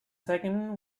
second